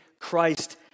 Christ